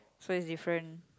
so is different